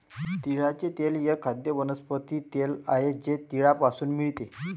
तिळाचे तेल एक खाद्य वनस्पती तेल आहे जे तिळापासून मिळते